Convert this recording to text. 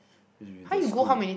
is with the school